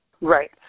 Right